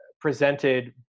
presented